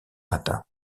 latin